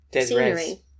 scenery